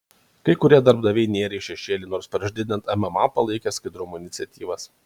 kai kurie darbdaviai nėrė į šešėlį nors prieš didinant mma palaikė skaidrumo iniciatyvas